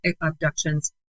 abductions